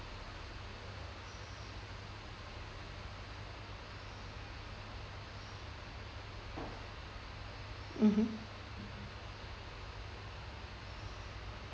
mmhmm